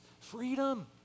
Freedom